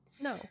No